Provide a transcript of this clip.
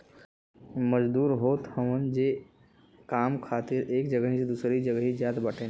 मजदूर होत हवन जे काम खातिर एक जगही से दूसरा जगही जात बाटे